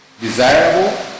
desirable